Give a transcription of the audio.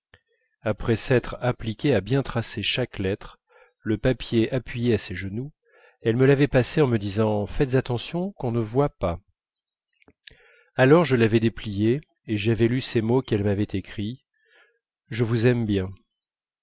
après s'être appliquée à bien tracer chaque lettre le papier appuyé à ses genoux elle me l'avait passé en me disant faites attention qu'on ne voie pas alors je l'avais déplié et j'avais lu ces mots qu'elle m'avait écrits je vous aime bien